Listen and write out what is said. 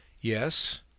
YES